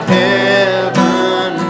heaven